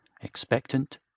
expectant